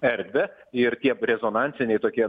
erdvę ir tie rezonansiniai tokie